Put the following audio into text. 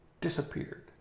disappeared